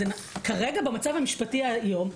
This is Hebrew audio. כרגע במצב המשפטי היום,